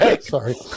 Sorry